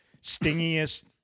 stingiest